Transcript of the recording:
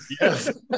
yes